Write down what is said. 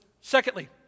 Secondly